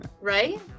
Right